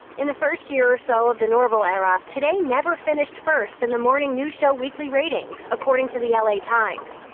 in the first year or so of the norville era, today never finished first in and the morning news show weekly ratings, according to the la times.